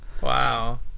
Wow